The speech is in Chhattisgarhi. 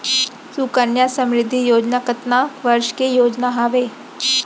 सुकन्या समृद्धि योजना कतना वर्ष के योजना हावे?